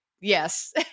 yes